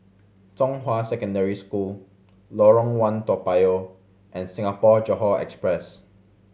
Zhonghua Secondary School Lorong One Toa Payoh and Singapore Johore Express